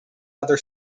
other